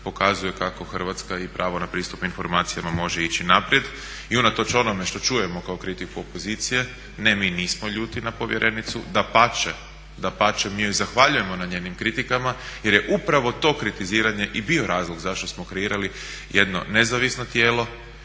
pokazuje kako Hrvatska i pravo na pristup informacijama može ići naprijed. I unatoč onome što čujemo kao kritiku opozicije, ne mi nismo ljuti na povjerenicu, dapače, dapače mi joj zahvaljujemo na njenim kritikama jer je upravo to kritiziranje i bio razlog zašto smo kreirali jedno nezavisno tijelo